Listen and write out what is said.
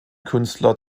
künstler